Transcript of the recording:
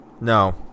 No